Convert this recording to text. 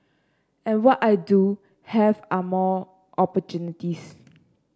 and what I do have are more opportunities